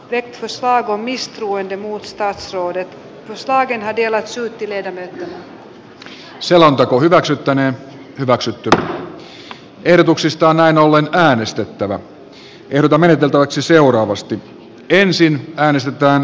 eduskunta ei hyväksy kreikka tukipakettia ja toteaa että hallitus on epäonnistunut suomen edun ja suomalaisten veronmaksajien puolustamisessa eikä nauti eduskunnan luottamusta